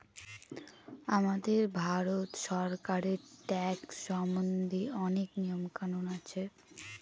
আমাদের ভারত সরকারের ট্যাক্স সম্বন্ধে অনেক নিয়ম কানুন আছে